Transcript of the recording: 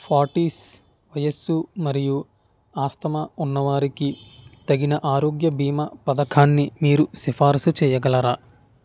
forties వయస్సు మరియు asthma ఉన్నవారికి తగిన ఆరోగ్య బీమా పథకాన్ని మీరు సిఫారసు చెయ్యగలరా